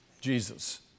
Jesus